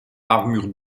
armure